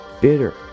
bitter